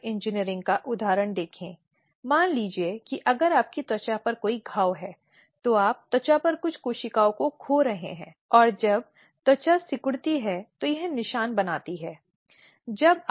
जिसे दूसरे पक्ष द्वारा गलत तरीके से समझा जा सकता है जानबूझकर नहीं बल्कि गलती से यौन उत्पीड़न के मामले के रूप में